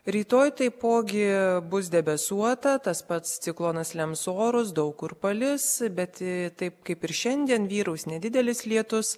rytoj taipogi bus debesuota tas pats ciklonas lems orus daug kur palis bet taip kaip ir šiandien vyraus nedidelis lietus